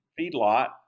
feedlot